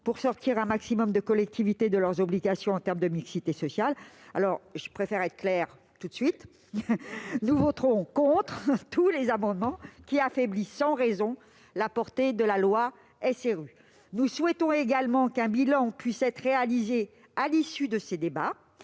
pour dégager un maximum de collectivités de leurs obligations en matière de mixité sociale. Je préfère être claire tout de suite : nous voterons contre tous les amendements qui visent à affaiblir, sans raison, la portée de la loi SRU. Nous souhaitons qu'un bilan puisse être réalisé à l'issue de ces débats,